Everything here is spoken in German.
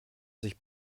sich